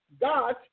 God